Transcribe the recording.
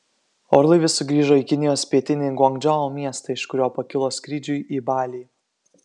orlaivis sugrįžo į kinijos pietinį guangdžou miestą iš kurio pakilo skrydžiui į balį